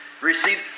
Receive